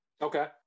Okay